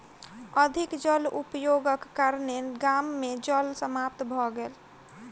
अधिक जल उपयोगक कारणेँ गाम मे जल समाप्त भ गेल